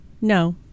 no